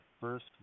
first